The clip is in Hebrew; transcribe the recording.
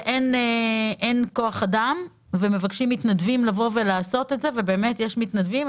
שאין כוח אדם ומבקשים מתנדבים לעשות את זה ויש מתנדבים.